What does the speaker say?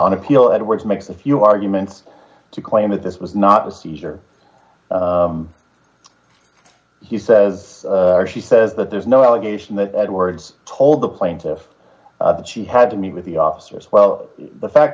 on appeal edwards makes a few arguments to claim that this was not a seizure he says she says that there's no allegation that edwards told the plaintiffs that she had to meet with the officers well the fact